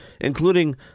including